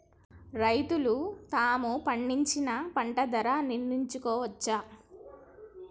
రైతులు తాము పండించిన పంట ధర నిర్ణయించుకోవచ్చా?